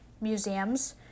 museums